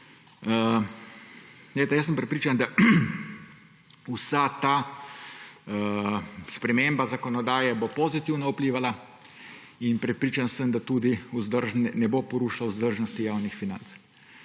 najbolj jasna. Prepričan sem, da bo vsa ta sprememba zakonodaje pozitivno vplivala, in prepričan sem, da tudi ne bo porušila vzdržnosti javnih financ.